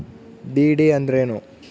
DD ಅಂದ್ರೇನು?